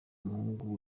umuhungu